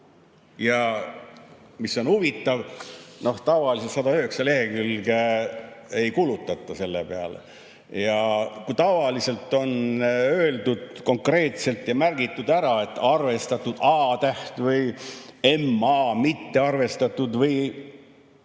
Mis on huvitav? Tavaliselt 109 lehekülge ei kulutata selle peale. Ja kui tavaliselt on öeldud konkreetselt, märgitud ära, "arvestatud" ehk A-täht, "mitte arvestatud"